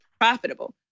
profitable